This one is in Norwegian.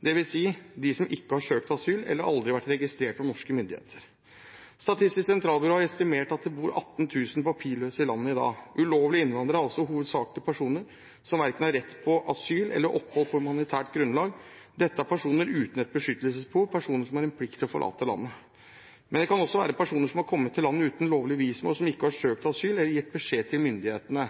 dvs. de som ikke har søkt om asyl eller aldri vært registrert av norske myndigheter. Statistisk sentralbyrå har estimert at det bor 18 000 papirløse i landet i dag – ulovlige innvandrere er altså hovedsakelig personer som verken har rett på asyl eller opphold på humanitært grunnlag. Dette er personer uten beskyttelsesbehov, personer som har en plikt til å forlate landet. Men det kan også være personer som har kommet til landet uten lovlig visum, og som ikke har søkt asyl eller gitt beskjed til myndighetene.